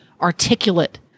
articulate